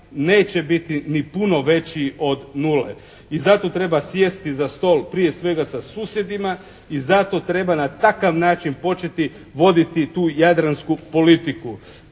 neće biti ni puno veći od nule. I zato treba sjesti za stol prije svega sa susjedima i zato treba na takav način početi voditi tu jadransku politiku.